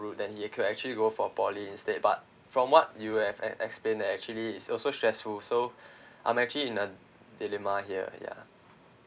route then he could actually go for poly instead but from what you have have explained actually is also stressful so I'm actually in a dilemma here ya